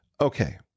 okay